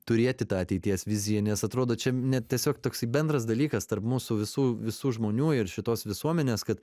turėti tą ateities viziją nes atrodo čia ne tiesiog toksai bendras dalykas tarp mūsų visų visų žmonių ir šitos visuomenės kad